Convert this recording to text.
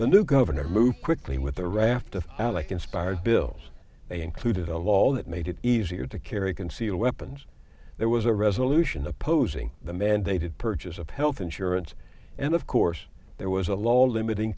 the new governor moved quickly with a raft of out like inspired bills they included a law that made it easier to carry concealed weapons there was a resolution opposing the mandated purchase of health insurance and of course there was a law limiting